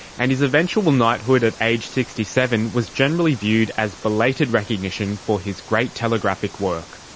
and his eventual knighthood at age sixty seven was generally viewed as belated recognition for his great telegraphic work.